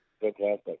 fantastic